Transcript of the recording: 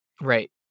Right